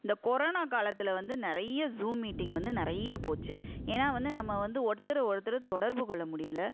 இந்த கொரோனா காலத்தில் வந்து நிறைய ஸூம் மீட்டிங் வந்து நிறைய போச்சு ஏன்னா வந்து நம்ம வந்து ஒருத்தரை ஒருத்தரு தொடர்புக்கொள்ள முடியலை